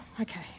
Okay